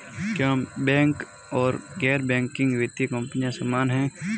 क्या बैंक और गैर बैंकिंग वित्तीय कंपनियां समान हैं?